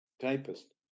typist